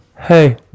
Hey